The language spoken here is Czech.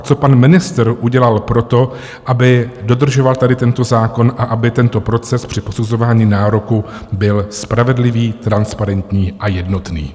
Co pan ministr udělal pro to, aby dodržoval tady tento zákon a aby tento proces při posuzování nároku byl spravedlivý, transparentní a jednotný?